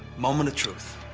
moment of truth.